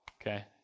okay